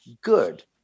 good